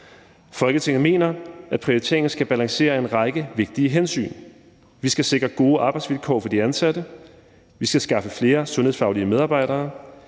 Folketinget mener, at prioriteringen skal balancere en række vigtige hensyn: Vi skal sikre gode arbejdsvilkår for de ansatte, vi skal skaffe flere sundhedsfaglige medarbejdere,